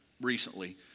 recently